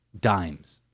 dimes